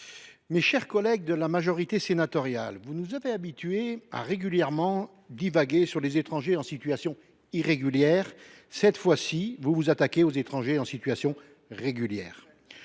Mes chers collègues de la majorité sénatoriale, vous nous avez habitués à divaguer régulièrement sur les étrangers en situation irrégulière. Cette fois, vous vous attaquez aux étrangers en situation régulière.